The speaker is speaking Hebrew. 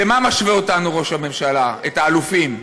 למה משווה אותנו, ראש הממשלה, את האלופים?